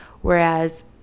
whereas